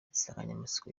insanganyamatsiko